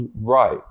right